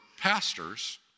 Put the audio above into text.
pastors